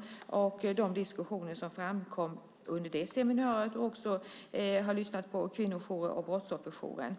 Det framkom saker vid diskussioner som var under det seminariet, och jag har lyssnat på kvinnojourer och brottsofferjouren.